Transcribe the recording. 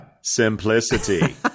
simplicity